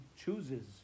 chooses